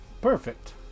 Perfect